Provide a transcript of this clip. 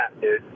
dude